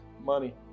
Money